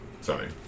Sorry